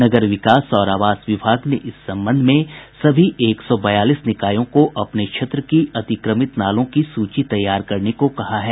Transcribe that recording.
नगर विकास और आवास विभाग ने इस संबंध में सभी एक सौ बयालीस निकायों को अपने क्षेत्र की अतिक्रमित नालों की सूची तैयार करने को कहा है